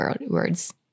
words